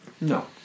No